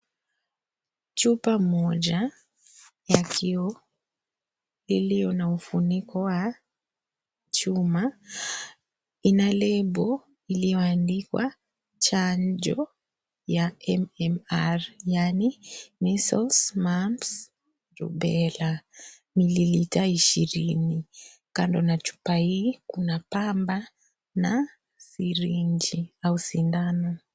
Chupa moja ya kioo iliyo na ufuniko wa chuma. Ina lebo iliyoandikwa chanjo ya MMR, yaani Measles, Mumps, Rubella. Mililita ishirini. Kando na chupa hii kuna pamba na syringe au sindano.